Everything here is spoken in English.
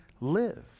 live